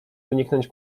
wyniknąć